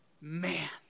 Man